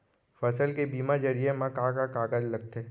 फसल के बीमा जरिए मा का का कागज लगथे?